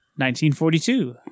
1942